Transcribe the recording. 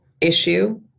issue